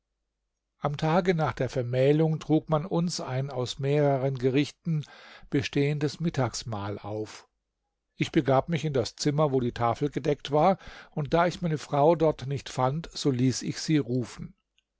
am tage nach der vermählung trug man uns ein aus mehreren gerichten bestehendes mittagsmahl auf ich begab mich in das zimmer wo die tafel gedeckt war und da ich meine frau dort nicht fand so ließ ich sie rufen